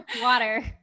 Water